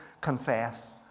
confess